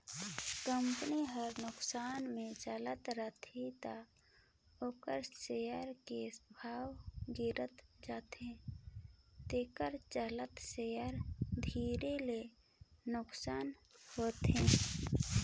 company हर नुकसानी मे चलत रथे त ओखर सेयर के भाव गिरत जाथे तेखर चलते शेयर धारी ल नुकसानी होथे